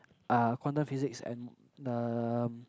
uh quantum physics and um